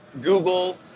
Google